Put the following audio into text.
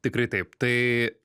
tikrai taip tai